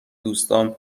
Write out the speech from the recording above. دوستام